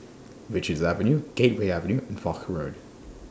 Richards Avenue Gateway Avenue and Foch Road